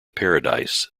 paradise